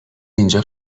اینجا